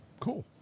Cool